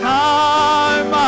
time